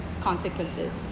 consequences